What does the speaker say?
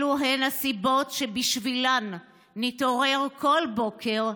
אלו הסיבות שבשבילן נתעורר כל בוקר,